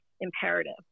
imperative